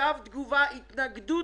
התנגדות